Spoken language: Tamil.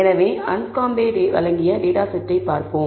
எனவே அன்ஸ்காம்ப் வழங்கிய டேட்டா செட்டை பார்ப்போம்